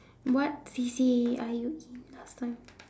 what C_C_A are you in last time